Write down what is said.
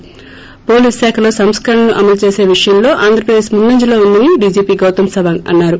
థి పోలీస్ శాఖలో సంస్కరణలను అమలు విషయంలో ఆంధ్ర ప్రదేశ్ ముందంజలో ఉందని డీజీపీ గౌతం సవాంగ్ అన్నారు